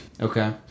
Okay